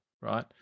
right